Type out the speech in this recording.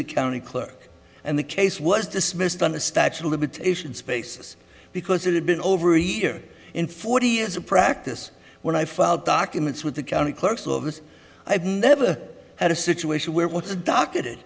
the county clerk and the case was dismissed on the statute of limitations basis because it had been over a year in forty years of practice when i filed documents with the county clerk's office i've never had a situation where what's the docket it